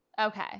Okay